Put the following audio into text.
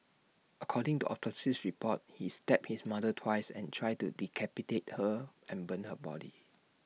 according to autopsy reports he stabbed his mother twice and tried to decapitate her and burn her body